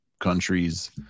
countries